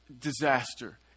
disaster